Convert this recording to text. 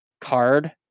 card